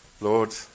Lord